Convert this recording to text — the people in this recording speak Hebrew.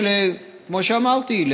כמו שאמרתי,